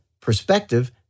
perspective